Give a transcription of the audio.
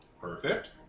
Perfect